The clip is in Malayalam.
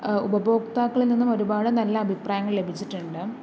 ഉപഭോക്താക്കളിൽ നിന്നും ഒരുപാട് നല്ല അഭിപ്രായങ്ങൾ ലഭിച്ചിട്ടുണ്ട്